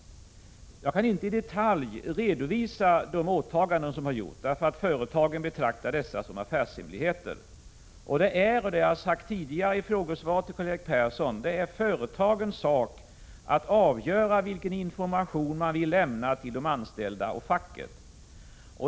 Jag kan inte i detalj redovisa de åtaganden som gjorts, eftersom företagen betraktar dessa som affärshemligheter. Som jag sagt i tidigare frågesvar till Karl-Erik Persson är det företagens sak att avgöra vilken information de vill lämna till de anställda och facket.